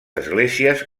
esglésies